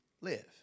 live